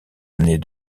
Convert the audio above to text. année